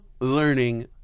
learning